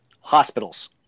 hospitals